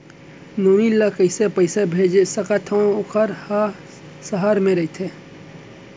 नोनी ल कइसे पइसा भेज सकथव वोकर ह सहर म रइथे?